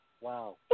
wow